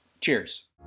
Cheers